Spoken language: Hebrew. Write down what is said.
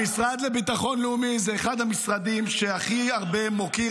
המשרד לביטחון לאומי זה אחד המשרדים שהכי הרבה מוקיר,